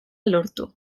lortu